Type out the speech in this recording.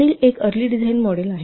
पुढील एक early design model आहे